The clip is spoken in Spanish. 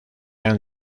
han